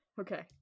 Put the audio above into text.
Okay